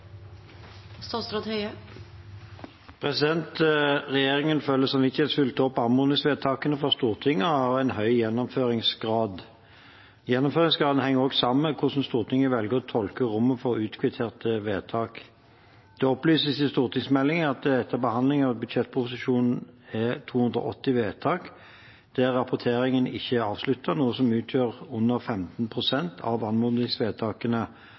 Regjeringen følger samvittighetsfullt opp anmodningsvedtakene fra Stortinget og har en høy gjennomføringsgrad. Gjennomføringsgraden henger også sammen med hvordan Stortinget velger å tolke rommet for utkvitterte vedtak. Det opplyses i stortingsmeldingen at det etter behandling av budsjettproposisjonen er 280 vedtak der rapporteringen ikke er avsluttet, noe som utgjør under 15 pst. av anmodningsvedtakene